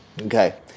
Okay